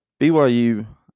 BYU